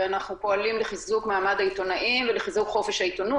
ואנחנו פועלים לחיזוק מעמד העיתונאים ולחיזוק חופש העיתונות.